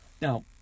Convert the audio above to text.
Now